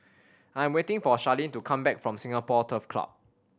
I am waiting for Sharlene to come back from Singapore Turf Club